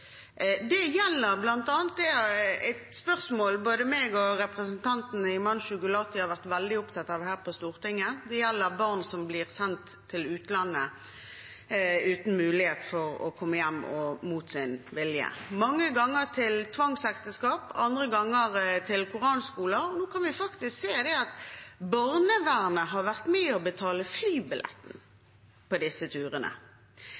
Det gjelder bl.a. et spørsmål som både jeg og representanten Himanshu Gulati har vært veldig opptatt av her på Stortinget. Det gjelder barn som blir sendt til utlandet mot sin vilje og uten mulighet for å komme hjem, mange ganger til tvangsekteskap, andre ganger til koranskoler. Nå kan vi lese at barnevernet faktisk har vært med på å betale flybilletten for disse turene.